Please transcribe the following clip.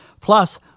Plus